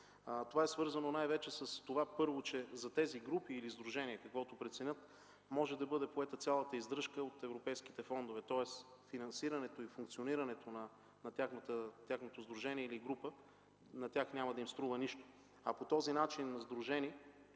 служби. Свързано е най-вече с това, че за тези групи или сдружения, каквото преценят, може да бъде поета цялата издръжка от европейските фондове. Тоест финансирането и функционирането на тяхното сдружение или група на тях няма да им струва нищо, а сдружени